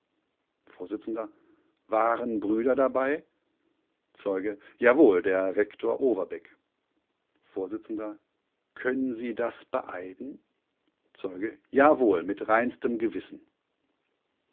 vors waren brüder dabei zeuge jawohl der rektor overbeck vors können sie das beeiden zeuge jawohl mit reinstem gewissen